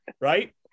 Right